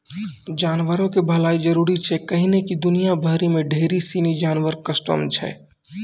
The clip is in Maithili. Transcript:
जानवरो के भलाइ जरुरी छै कैहने कि दुनिया भरि मे ढेरी सिनी जानवर कष्टो मे छै